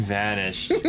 vanished